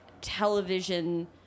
television